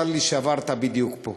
צר לי שעברת בדיוק פה,